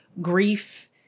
grief